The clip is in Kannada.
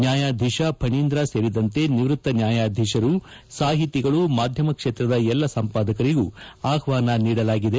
ನ್ಯಾಯಾಧೀಶ ಫಣೀಂದ್ರ ಸೇರಿದಂತೆ ನಿವೃತ್ತ ನ್ಯಾಯಾಧೀಶರು ಸಾಹಿತಿಗಳು ಮಾಧ್ಯಮ ಕ್ಷೇತ್ರದ ಎಲ್ಲಾ ಸಂಪಾದಕರಿಗೂ ಆಹ್ವಾನ ನೀಡಲಾಗಿದೆ